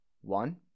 one